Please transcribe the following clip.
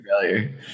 failure